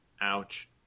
Ouch